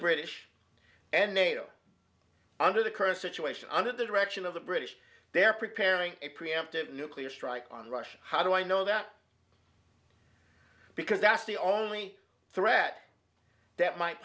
british and nato under the current situation under the direction of the british they're preparing a preemptive nuclear strike on russia how do i know that because that's the only threat that might